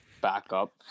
backup